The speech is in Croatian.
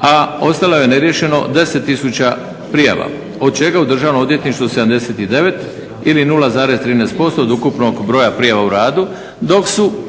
a ostalo je neriješeno 10 tisuća prijava od čega u Državnom odvjetništvu 69 ili 0,13% od ukupnog broja prijava u radu, dok su